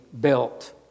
built